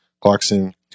Clarkson